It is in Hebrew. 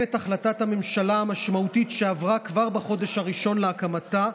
את החלטת הממשלה המשמעותית שעברה כבר בחודש הראשון להקמתה,